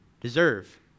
deserve